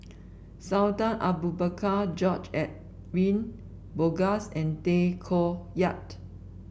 Sultan Abu Bakar George Edwin Bogaars and Tay Koh Yat